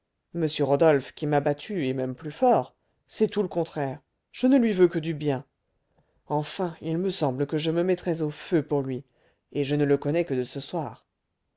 m rodolphe qui m'a battu et même plus fort c'est tout le contraire je ne lui veux que du bien enfin il me semble que je me mettrais au feu pour lui et je ne le connais que de ce soir